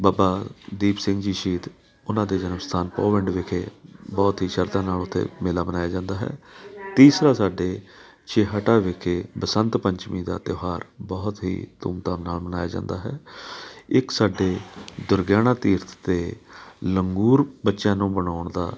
ਬਾਬਾ ਦੀਪ ਸਿੰਘ ਜੀ ਸ਼ਹੀਦ ਉਹਨਾਂ ਦੇ ਜਨਮ ਸਥਾਨ ਪਹੁਵਿੰਡ ਵਿਖੇ ਬਹੁਤ ਹੀ ਸ਼ਰਧਾ ਨਾਲ ਉੱਥੇ ਮੇਲਾ ਮਨਾਇਆ ਜਾਂਦਾ ਹੈ ਤੀਸਰਾ ਸਾਡੇ ਛੇਹਰਟਾ ਵਿਖੇ ਬਸੰਤ ਪੰਚਮੀ ਦਾ ਤਿਉਹਾਰ ਬਹੁਤ ਹੀ ਧੂਮਧਾਮ ਨਾਲ ਮਨਾਇਆ ਜਾਂਦਾ ਹੈ ਇੱਕ ਸਾਡੇ ਦੁਰਗਿਆਣਾ ਤੀਰਥ 'ਤੇ ਲੰਗੂਰ ਬੱਚਿਆਂ ਨੂੰ ਮਨਾਉਣ ਦਾ